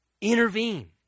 intervene